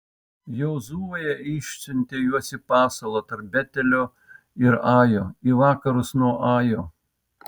jozuė išsiuntė juos į pasalą tarp betelio ir ajo į vakarus nuo ajo